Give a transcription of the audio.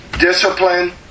Discipline